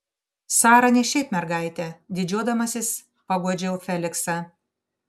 sara ne šiaip mergaitė didžiuodamasis paguodžiau feliksą